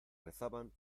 rezaban